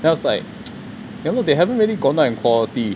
then I was like you know they haven't really gone down in quality